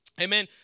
Amen